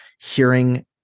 hearing